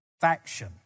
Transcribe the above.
faction